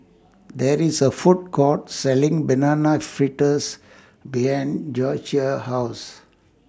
There IS A Food Court Selling Banana Fritters behind House